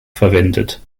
verwendet